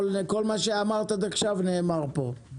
כל מה שאמרת עד עכשיו נאמר פה,